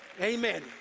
amen